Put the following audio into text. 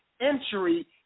entry